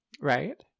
right